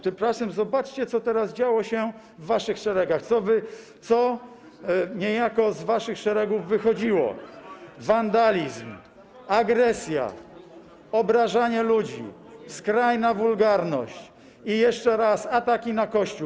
Tymczasem zobaczcie, co teraz działo się w waszych szeregach, co niejako z waszych szeregów wychodziło: wandalizm, agresja, obrażanie ludzi, skrajna wulgarność i jeszcze raz ataki na Kościół.